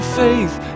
faith